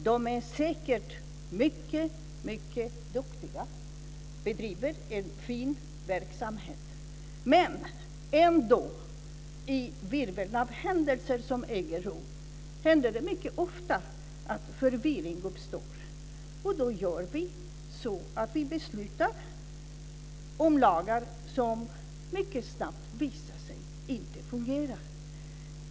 De är säkert mycket duktiga och bedriver en fin verksamhet, men det händer ändå mycket ofta att förvirring uppstår i virveln av händelser som äger rum. Då beslutar vi om lagar som mycket snabbt visar sig inte fungera.